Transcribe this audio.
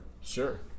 Sure